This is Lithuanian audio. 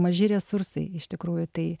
maži resursai iš tikrųjų tai